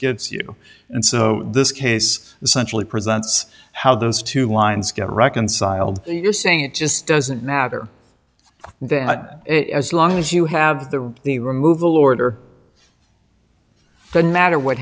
gives you and so this case essentially presents how those two lines get reconciled you're saying it just doesn't matter that it as long as you have the the removal order then matter what